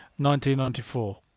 1994